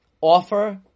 offer